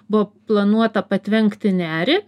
buvo planuota patvenkti nerį